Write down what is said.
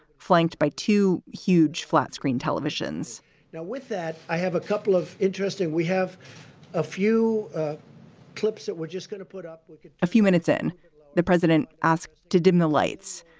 flanked by two huge flat-screen televisions now, with that, i have a couple of interesting we have a few clips that we're just going to put up a few minutes in the president asked to dim the lights.